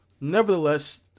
nevertheless